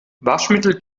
waschmittel